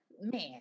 man